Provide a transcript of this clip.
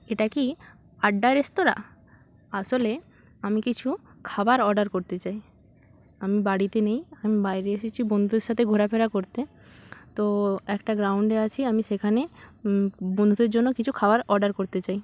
এটা কি আড্ডা রেস্তোরাঁ আসলে আমি কিছু খাবার অর্ডার করতে চাই আমি বাড়িতে নেই আমি বাইরে এসেছি বন্ধুদের সাথে ঘোরাফেরা করতে তো একটা গ্রাউন্ডে আছি আমি সেখানে বন্ধুদের জন্য কিছু খাবার অর্ডার করতে চাই